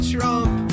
Trump